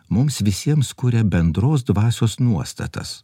mums visiems kuria bendros dvasios nuostatas